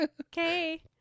Okay